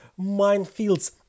minefields